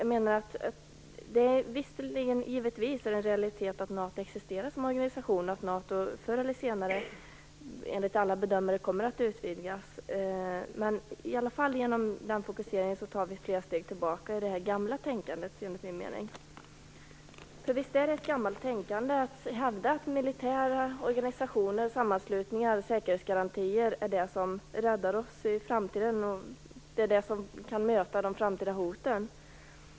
Givetvis är det en realitet att NATO existerar som organisation och att NATO förr eller senare enligt alla bedömare kommer att utvidgas. Men genom fokuseringen tar vi enligt min mening flera steg tillbaka till det gamla tänkandet. Visst är det ett gammalt tänkande att hävda att militära organisationer, sammanslutningar och säkerhetsgarantier är det som räddar oss i framtiden och kan möta de framtida hoten.